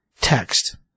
text